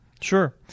Sure